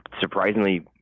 surprisingly